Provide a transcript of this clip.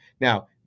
Now